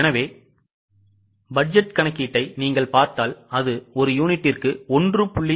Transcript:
எனவே பட்ஜெட் கணக்கீட்டை நீங்கள் பார்த்தால் அது ஒரு யூனிட்டுக்கு 1